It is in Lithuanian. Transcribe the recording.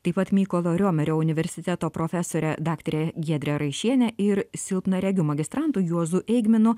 taip pat mykolo riomerio universiteto profesore daktarė giedrė raišienė ir silpnaregiu magistrantu juozu eigminu